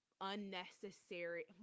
unnecessary